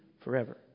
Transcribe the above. forever